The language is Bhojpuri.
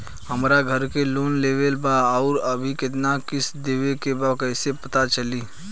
हमरा घर के लोन लेवल बा आउर अभी केतना किश्त देवे के बा कैसे पता चली?